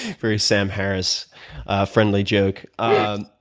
very sam harris friendly joke. ah